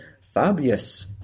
Fabius